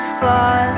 far